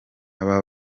aba